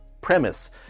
premise